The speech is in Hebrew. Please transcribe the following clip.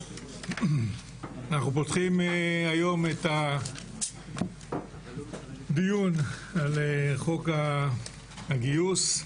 אני מתכבד לפתוח את הדיון על חוק הגיוס .